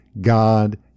God